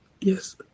yes